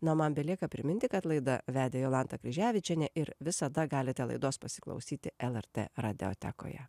na man belieka priminti kad laidą vedė jolanta kryževičienė ir visada galite laidos pasiklausyti lrt radijotekoje